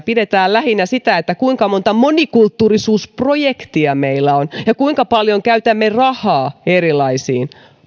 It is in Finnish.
pidetään lähinnä sitä kuinka monta monikulttuurisuusprojektia meillä on ja kuinka paljon käytämme rahaa erilaisiin